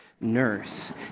nurse